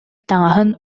таҥаһын